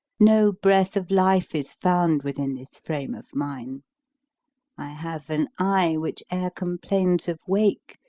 no breath of life if found within this frame of mine i have an eye which e'er complains of wake,